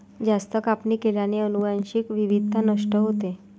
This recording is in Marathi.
जास्त कापणी केल्याने अनुवांशिक विविधता नष्ट होते